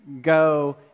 go